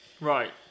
Right